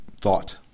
thought